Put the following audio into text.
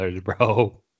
bro